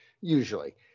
Usually